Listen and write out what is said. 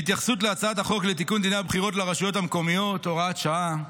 בהתייחסות להצעת החוק לתיקון דיני הבחירות לרשויות המקומיות (הוראת שעה)